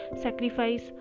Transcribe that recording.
sacrifice